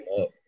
up